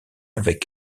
avec